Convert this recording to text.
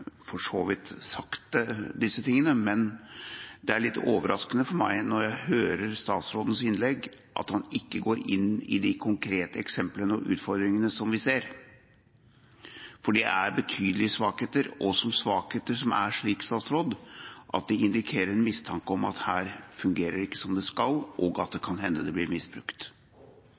for så vidt sagt disse tingene, men det er litt overraskende for meg når jeg hører statsrådens innlegg, at statsråden ikke går inn i de konkrete eksemplene og utfordringene som vi ser, for det er betydelige svakheter – svakheter som indikerer at dette ikke fungerer som det skal, og at det kan hende at det blir misbrukt.